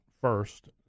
first